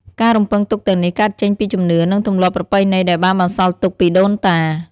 ការរំពឹងទុកទាំងនេះកើតចេញពីជំនឿ និងទម្លាប់ប្រពៃណីដែលបានបន្សល់ទុកពីដូនតា។